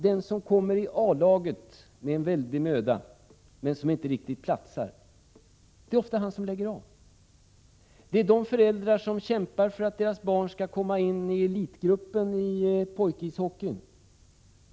Den som kommer ini A-laget men inte riktigt platsar där är ofta den som lägger av. En del föräldrar kämpar för att deras barn skall komma in i elitgruppen i pojkishockeyn.